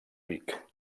vic